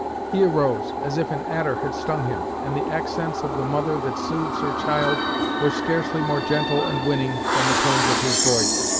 he arose, as if an adder had stung him, and the accents of the mother that soothes her child were scarcely more gentle and winning than the tones of his voice,